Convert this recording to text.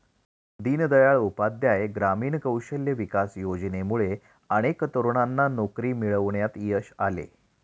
दीनदयाळ उपाध्याय ग्रामीण कौशल्य विकास योजनेमुळे अनेक तरुणांना नोकरी मिळवण्यात यश आले